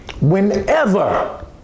Whenever